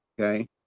Okay